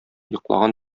йоклаган